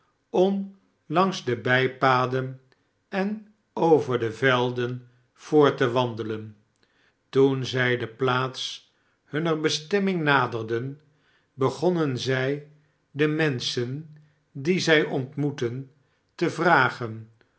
om langs de bijpaden en over de velden voort te wandelen toen zij de plaats hunner be'stemming naderden begonnen zij de menschen die zij ontmoetten te vragen